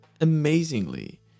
amazingly